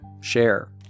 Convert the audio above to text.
share